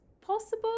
possible